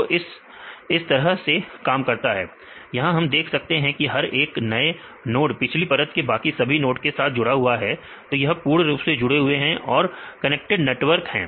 तो यह इस तरह से काम करता है यहां हम देख सकते हैं की हर एक नोड पिछली परत के बाकी सभी नोड के साथ जुड़ा हुआ है तो यह पूर्ण रूप से जुड़े हुए हैं और कनेक्टेड नेटवर्क हैं